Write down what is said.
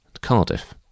Cardiff